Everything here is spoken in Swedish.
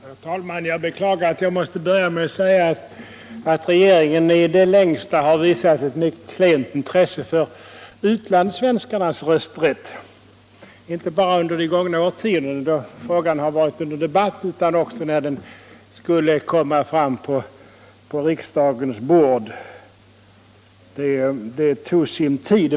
Herr talman! Jag beklagar att jag måste börja med att säga att regeringen i det längsta har visat ett klent intresse för utlandssvenskarnas rösträtt, inte bara under de gångna årtiondena då frågan har varit under debatt utan också när den skulle komma på riksdagens bord. Det tog sin tid.